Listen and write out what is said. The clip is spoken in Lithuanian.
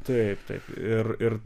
taip taip ir ir